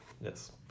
yes